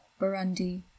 Burundi